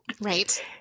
Right